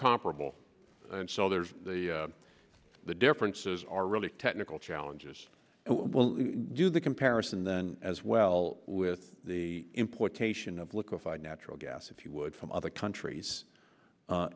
comparable and so there's the the differences are really technical challenges will do the comparison then as well with the implication of liquefied natural gas if you would from other countries